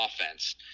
offense